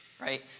right